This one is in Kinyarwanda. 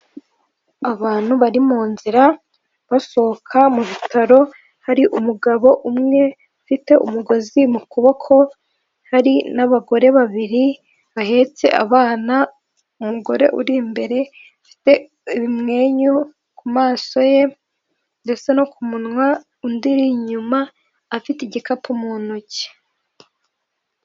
Abantu bari mu inzira basohoka mu bitaro hari umugabo umwe ufite umugozi mu kuboko hari n'abagore babiri bahetse abana umugore uri imbere afite ubumwenyu ku maso ye ndetse no ku munwa undi uri inyuma afite igikapu mu ntoki.